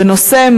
בנושא: